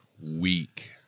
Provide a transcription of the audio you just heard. week